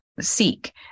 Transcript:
seek